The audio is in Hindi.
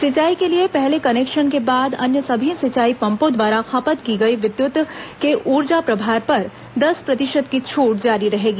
सिंचाई के लिए पहले कनेक्शन के बाद अन्य सभी सिंचाई पम्पों द्वारा खपत की गई विद्यत के ऊर्जा प्रभार पर दस प्रतिशत की छूट जारी रहेगी